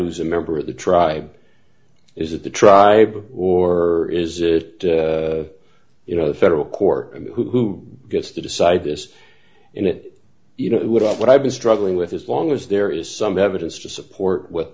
who's a member of the tribe is it the tribe or is it you know the federal court who gets to decide this and it you know what i what i've been struggling with as long as there is some evidence to support w